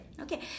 Okay